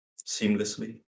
seamlessly